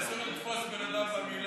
שאסור לו לתפוס בן-אדם במילה.